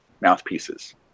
mouthpieces